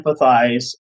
empathize